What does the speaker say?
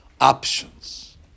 options